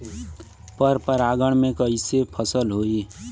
पर परागण से कईसे फसल होई?